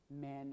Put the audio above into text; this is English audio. men